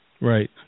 right